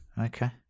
Okay